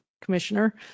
Commissioner